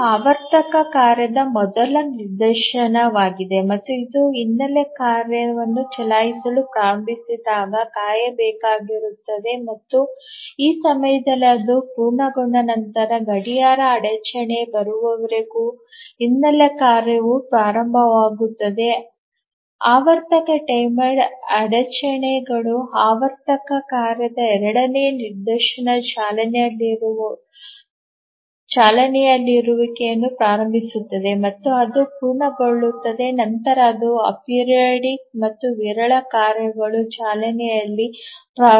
ಇದು ಆವರ್ತಕ ಕಾರ್ಯದ ಮೊದಲ ನಿದರ್ಶನವಾಗಿದೆ ಮತ್ತು ಇದು ಹಿನ್ನೆಲೆ ಕಾರ್ಯವನ್ನು ಚಲಾಯಿಸಲು ಪ್ರಾರಂಭಿಸಿದಾಗ ಕಾಯಬೇಕಾಗಿರುತ್ತದೆ ಮತ್ತು ಈ ಸಮಯದಲ್ಲಿ ಅದು ಪೂರ್ಣಗೊಂಡ ನಂತರ ಗಡಿಯಾರ ಅಡಚಣೆ ಬರುವವರೆಗೂ ಹಿನ್ನೆಲೆ ಕಾರ್ಯವು ಪ್ರಾರಂಭವಾಗುತ್ತದೆ ಆವರ್ತಕ ಟೈಮರ್ ಅಡಚಣೆಗಳು ಆವರ್ತಕ ಕಾರ್ಯದ ಎರಡನೇ ನಿದರ್ಶನ ಚಾಲನೆಯಲ್ಲಿರುವಿಕೆಯನ್ನು ಪ್ರಾರಂಭಿಸುತ್ತದೆ ಮತ್ತು ಅದು ಪೂರ್ಣಗೊಳ್ಳುತ್ತದೆ ನಂತರ ಇತರ ಅಪೆರಿಯೋಡಿಕ್ ಮತ್ತು ವಿರಳ ಕಾರ್ಯಗಳು ಚಾಲನೆಯಲ್ಲಿ ಪ್ರಾರಂಭವಾಗುತ್ತವೆ